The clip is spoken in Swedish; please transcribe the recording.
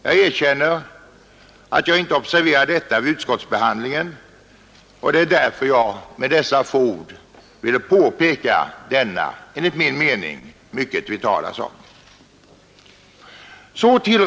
Jag erkänner att jag inte observerade detta vid utskottsbehandlingen, och det är därför jag med dessa få ord ville peka på denna enligt min mening mycket väsentliga sak.